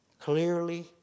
Clearly